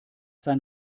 sein